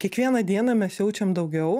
kiekvieną dieną mes jaučiam daugiau